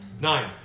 Nine